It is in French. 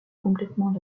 complètement